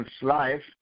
life